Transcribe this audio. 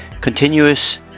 Continuous